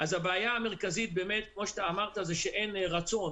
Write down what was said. הבעיה המרכזית באמת כמו שאמרת, היא שאין רצון.